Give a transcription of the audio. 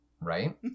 right